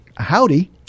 Howdy